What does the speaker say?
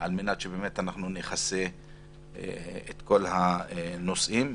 על מנת שנכסה את כל הנושאים.